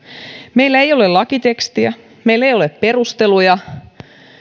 meillä ei ole lakitekstiä meillä ei ole perusteluja